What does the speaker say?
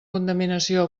contaminació